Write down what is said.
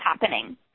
happening